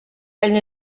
elles